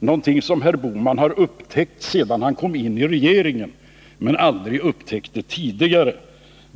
någonting som herr Bohman har upptäckt sedan han kom in i regeringen men aldrig upptäckte tidigare.